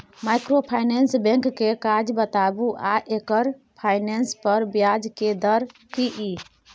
Microfinance bank के काज बताबू आ एकर फाइनेंस पर ब्याज के दर की इ?